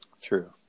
True